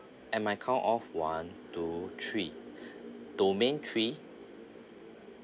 at my count of one two three domain three